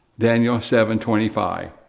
daniel seven twenty five.